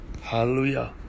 Hallelujah